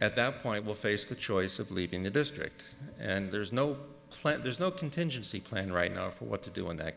at that point will face the choice of leaving the district and there's no plan there's no contingency plan right now for what to do in that